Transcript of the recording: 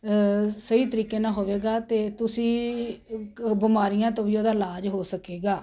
ਸਹੀ ਤਰੀਕੇ ਨਾਲ ਹੋਵੇਗਾ ਅਤੇ ਤੁਸੀਂ ਬਿਮਾਰੀਆਂ ਤੋਂ ਵੀ ਉਹਦਾ ਇਲਾਜ ਹੋ ਸਕੇਗਾ